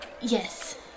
Yes